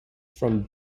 from